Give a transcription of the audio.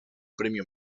premio